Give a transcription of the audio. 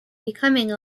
becoming